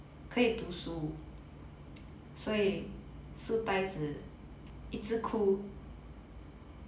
可以读书所以书呆子一直哭